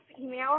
email